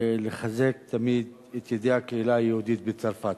ולחזק תמיד את ידי הקהילה היהודית בצרפת.